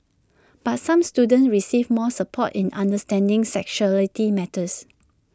but some students receive more support in understanding sexuality matters